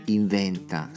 inventa